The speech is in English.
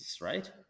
right